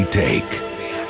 take